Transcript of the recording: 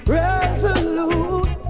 resolute